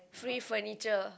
free furniture